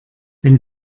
wenn